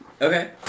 Okay